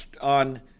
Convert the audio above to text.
on